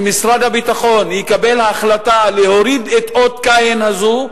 שמשרד הביטחון יקבל החלטה להוריד את אות הקין הזה,